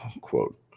quote